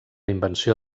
invenció